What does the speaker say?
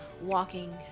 walking